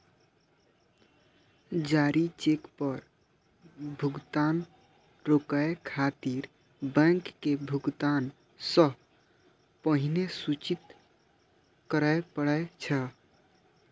जारी चेक पर भुगतान रोकै खातिर बैंक के भुगतान सं पहिने सूचित करय पड़ै छै